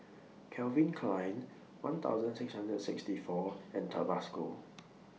Calvin Klein one thousand six hundred and sixty four and Tabasco